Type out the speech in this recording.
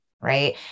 Right